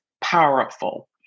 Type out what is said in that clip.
powerful